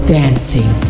dancing